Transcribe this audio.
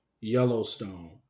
Yellowstone